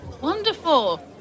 Wonderful